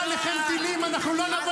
מעולם לא קראתי למילואימניקים ללכת